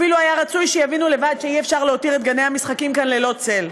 אפילו היה רצוי שיבינו לבד שאי-אפשר להותיר את גני המשחקים כאן ללא צל,